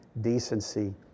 decency